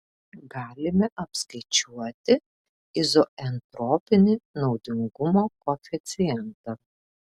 galime apskaičiuoti izoentropinį naudingumo koeficientą